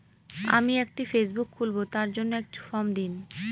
আমি একটি ফেসবুক খুলব তার জন্য একটি ফ্রম দিন?